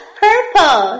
purple